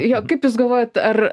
jo kaip jūs galvojat ar